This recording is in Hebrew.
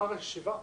מחר יש ישיבה.